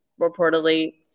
reportedly